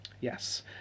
Yes